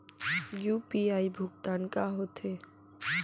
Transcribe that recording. UPI भुगतान का होथे?